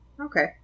okay